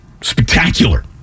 spectacular